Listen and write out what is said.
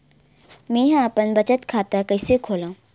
मेंहा अपन बचत खाता कइसे खोलव?